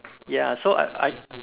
ya so I I